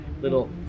little